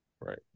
right